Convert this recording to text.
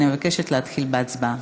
אני מבקשת להתחיל בהצבעה.